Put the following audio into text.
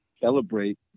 celebrate